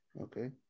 Okay